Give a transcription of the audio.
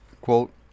quote